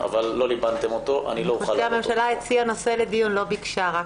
אבל לא לבנתם אותו, אני לא אוכל להעלות אותו פה.